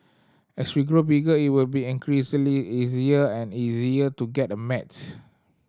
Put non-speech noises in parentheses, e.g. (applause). as we grow bigger it will be increasingly easier and easier to get a (unintelligible)